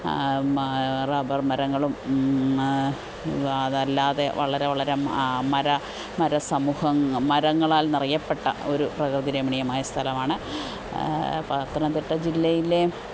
rubber മരങ്ങളും ആ അതല്ലാതെ വളരെ വളരെ ആ മരസമൂഹം മരങ്ങളാല് നിറയപ്പെട്ട ഒരു പ്രകൃതിരമണീയമായ സ്ഥലമാണ് പത്തനംതിട്ട ജില്ലയിലെ